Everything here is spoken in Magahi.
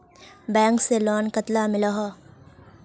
बैंक से लोन कतला मिलोहो?